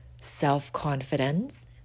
self-confidence